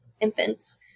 infants